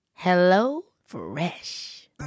HelloFresh